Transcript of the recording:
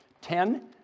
ten